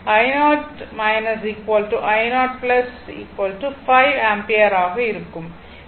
எனவே i0 i0 5 ampere ஆக இருக்கும்